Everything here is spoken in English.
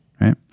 right